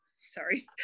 sorry